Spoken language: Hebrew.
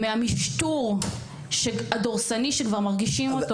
מהמשטור הדורסני שכבר מרגישים אותו,